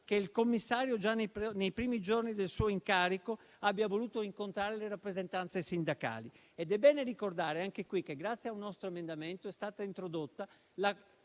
che il commissario già nei primi giorni del suo incarico abbia voluto incontrare le rappresentanze sindacali. È bene ricordare anche in questa sede che, grazie a un nostro emendamento, è stata ripristinata la